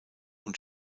und